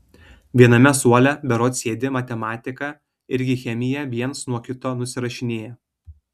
viename suole berods sėdi matematiką irgi chemiją viens nuo kito nusirašinėja